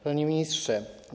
Panie Ministrze!